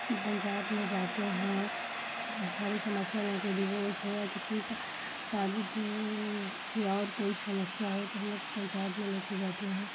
पंचायत में जाते हैं सारे समस्या लेके डिभोर्स हुआ किसी का शादी से और कोई समस्या हो तो हम लोग पंचायत में लेके जाते हैं